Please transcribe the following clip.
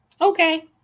okay